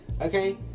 Okay